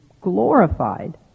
glorified